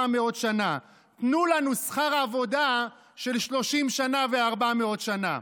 מאות שנה" תנו לנו שכר עבודה של 30 שנה ו-400 שנה.